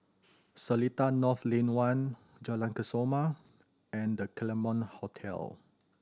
Seletar North Lane One Jalan Kesoma and The Claremont Hotel